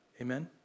Amen